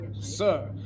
sir